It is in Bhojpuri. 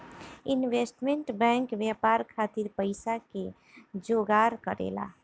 इन्वेस्टमेंट बैंक व्यापार खातिर पइसा के जोगार करेला